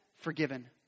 forgiven